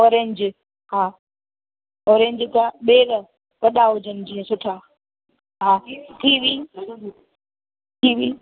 orange हा orange या बेर वॾा हुजनि जीअं सुठा हा कीवी कीवी कीवी